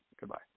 Goodbye